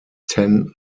ten